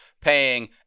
paying